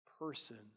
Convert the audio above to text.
person